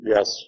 Yes